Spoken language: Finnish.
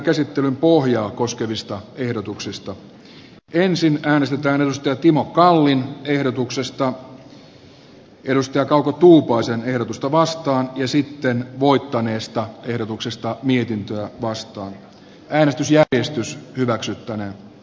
käsittelyn pohjaa koskevista ehdotuksista äänestetään siten että ensin äänestetään timo kallin ehdotuksesta kauko tuupaisen ehdotusta vastaan ja sitten voittaneesta ehdotuksesta mietintöä vastaan ennätys ja esitys hyväksyttäneen